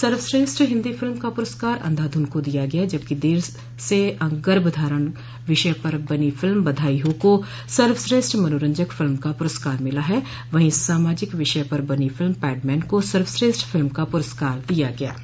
सर्वश्रेष्ठ हिन्दी फ़िल्म का पुरस्कार अंधाधुन का दिया गया जबकि देर से गर्भधारण विषय पर बनी फ़िल्म बधाई हो को सर्वश्रेष्ठ मनोरंजक फ़िल्म का पुरस्कार मिला है वहीं सामाजिक विषय पर बनी फ़िल्म पैड मैन को सर्वश्रेष्ठ फ़िल्म का पुरस्कार दिया गया है